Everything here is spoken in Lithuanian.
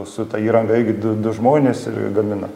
su ta įranga irgi du du žmonės ir gamina